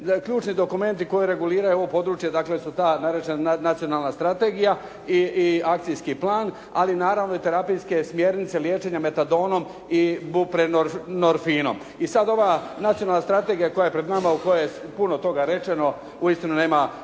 Ključni dokumenti koji reguliraju ovo područje, dakle su ta nacionalna strategija i akcijski plan, ali naravno i terapijske smjernice liječenja metadonom i buprenorfinom. I sad ova nacionalna strategija koja je pred nama, u kojoj je puno toga rečeno uistinu nema